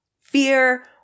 Fear